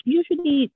usually